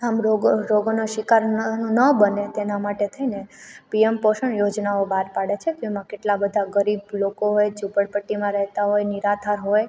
આમ રોગો રોગોનો શિકાર ન બને તેના માટે થઈને પીએમ પોષણ યોજનાઓ બહાર પાડે છે તેમાં કેટલા બધાં ગરીબ લોકો હોય ઝુંપડપટ્ટીમાં રહેતા હોય નિરાધાર હોય